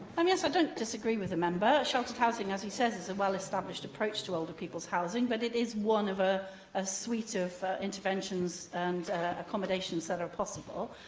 um i don't disagree with the member. sheltered housing, as he says, is a well-established approach to older people's housing, but it is one of ah a suite of interventions and accommodations that are possible.